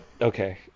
Okay